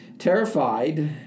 Terrified